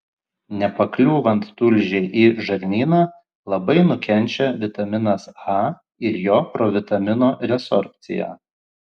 nepakliūvant tulžiai į žarnyną labai nukenčia vitaminas a ir jo provitamino rezorbcija